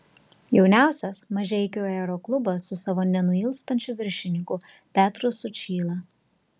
jauniausias mažeikių aeroklubas su savo nenuilstančiu viršininku petru sučyla